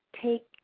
take